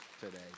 today